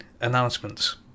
announcements